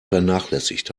vernachlässigt